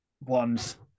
one's